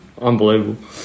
unbelievable